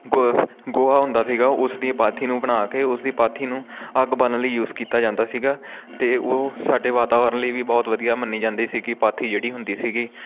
ਗੋ ਗੋਹਾ ਹੁੰਦਾ ਸੀਗਾ ਉਸ ਦੀਆਂ ਪਾਥੀ ਨੂੰ ਬਣਾ ਕੇ ਉਸ ਦੀ ਪਾਥੀ ਨੂੰ ਅੱਗ ਬਾਲਣ ਲਈ ਯੂਜ ਕੀਤਾ ਜਾਂਦਾ ਸੀਗਾ ਅਤੇ ਉਹ ਸਾਡੇ ਵਾਤਾਵਰਨ ਲਈ ਵੀ ਬਹੁਤ ਵਧੀਆ ਮੰਨੀ ਜਾਂਦੀ ਸੀ ਕਿ ਪਾਥੀ ਜਿਹੜੀ ਹੁੰਦੀ ਸੀਗੀ